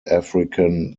african